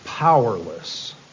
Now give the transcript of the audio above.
Powerless